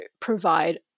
provide